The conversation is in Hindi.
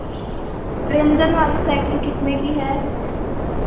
रेंजन वाली साइकिल कितने की है